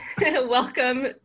welcome